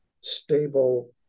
stable